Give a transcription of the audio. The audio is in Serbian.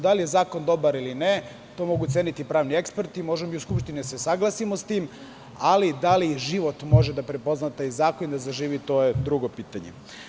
Da li je zakon dobar ili ne, to mogu ceniti pravni eksperti, možemo i u Skupštini da se usaglasimo sa tim, ali da li život može da prepozna taj zakon i da zaživi to je drugo pitanje.